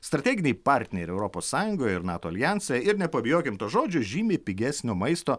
strateginiai partneriai europos sąjungoje ir nato aljanse ir nepabijokim to žodžio žymiai pigesnio maisto